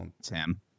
Sam